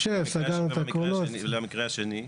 ולמקרה השני,